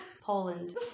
poland